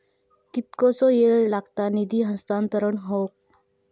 कितकोसो वेळ लागत निधी हस्तांतरण हौक?